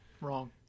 wrong